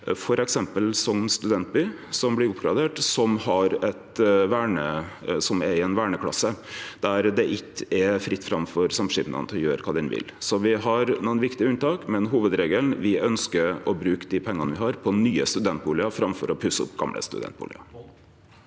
f.eks. Sogn studentby, som blir oppgradert, som er i ei verneklasse der det ikkje er fritt fram for samskipnaden å gjere kva han vil. Me har nokre viktige unntak, men hovudregelen er at me ønskjer å bruke dei pengane me har, på nye studentbustader framfor å pusse opp gamle studentbustader.